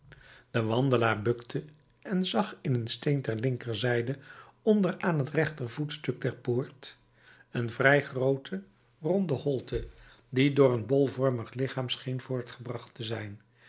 de wandelaar bukte en zag in een steen ter linkerzijde onder aan het rechter voetstuk der poort een vrij groote ronde holte die door een bolvormig lichaam scheen voortgebracht te zijn